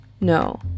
no